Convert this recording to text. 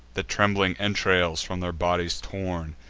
the trembling entrails from their bodies torn,